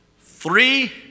Three